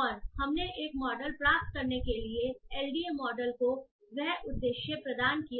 और हमने एक मॉडल प्राप्त करने के लिए एलडीए मॉडल को वह उद्देश्य प्रदान किया है